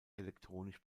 elektronisch